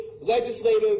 legislative